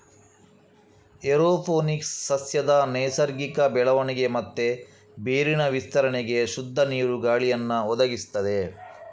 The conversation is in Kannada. ಏರೋಪೋನಿಕ್ಸ್ ಸಸ್ಯದ ನೈಸರ್ಗಿಕ ಬೆಳವಣಿಗೆ ಮತ್ತೆ ಬೇರಿನ ವಿಸ್ತರಣೆಗೆ ಶುದ್ಧ ನೀರು, ಗಾಳಿಯನ್ನ ಒದಗಿಸ್ತದೆ